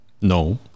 No